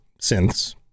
synths